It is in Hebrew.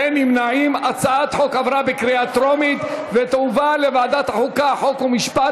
התשע"ה 2015, לוועדת החוקה, חוק ומשפט